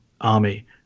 army